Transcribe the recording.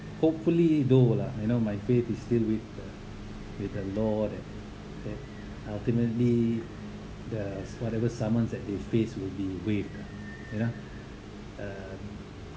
hopefully though lah you know my faith is still with the with the lord that that ultimately the whatever summons that they faced will be waived you know uh